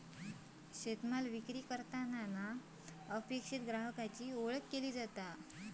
शेतमाल विक्रीसाठी अपेक्षित ग्राहकाची ओळख केली जाता